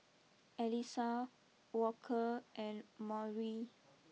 Elisa Walker and Maury